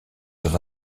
dans